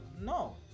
no